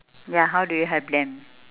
ya how do you help them